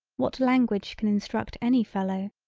what language can instruct any fellow.